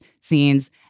scenes